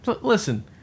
Listen